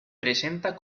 presenta